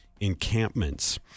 encampments